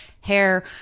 hair